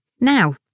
Now